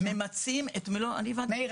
ממצים את מלוא --- מאיר,